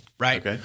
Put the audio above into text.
Right